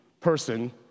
person